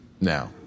now